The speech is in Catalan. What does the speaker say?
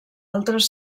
altres